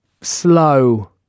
slow